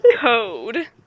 code